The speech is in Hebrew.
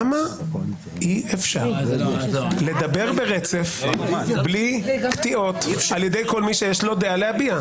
למה אי-אפשר לדבר ברצף בלי קטיעות על ידי כל מי שיש לו דעה להביע?